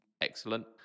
excellent